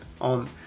on